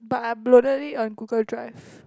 but I uploaded it on Google Drive